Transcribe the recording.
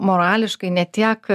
morališkai ne tiek